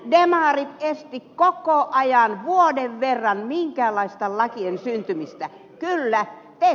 demarit estivät koko ajan vuoden verran minkäänlaisten lakien syntymisen